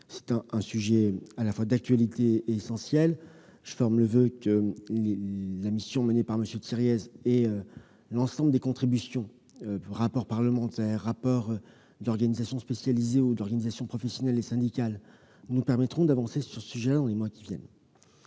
d'un sujet d'actualité essentiel. Je forme le voeu que la mission menée par M. Thiriez et l'ensemble des contributions- rapport parlementaire, rapports des organisations spécialisées ou des organisations professionnelles et syndicales -nous permettront d'avancer dans les mois qui viennent.